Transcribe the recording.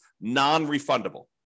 non-refundable